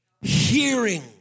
Hearing